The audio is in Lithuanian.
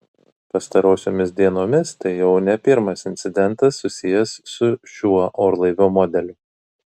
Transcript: pastarosiomis dienomis tai jau ne pirmas incidentas susijęs su šiuo orlaivio modeliu